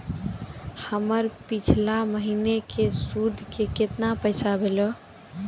हमर पिछला महीने के सुध के केतना पैसा भेलौ?